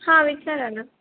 हां विचारा ना